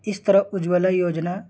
اس طرح اجولہ وجنا